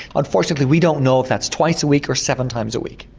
unfortunately we don't know if that's twice a week or seven times a week,